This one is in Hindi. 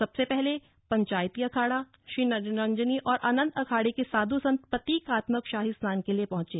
सबसे पहले पंचायती अखाड़ा श्री निरंजनी और आनंद अखाड़े के साधू संत प्रतीकात्मक शाही स्नान के लिए पहुंचे